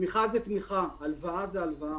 תמיכה זה תמיכה, הלוואה זאת הלוואה.